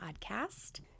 podcast